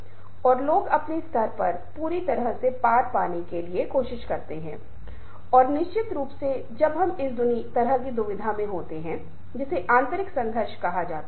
मुझे याद है एक लंबे समय पहले जब मैंने एल्विन टॉफलर को पढ़ना शुरू किया और फीचर शॉक के बारे में पढ़ा तो मैंने उसमें से कुछ को पढ़ा यह बहुत ही पूर्ण नया विचार था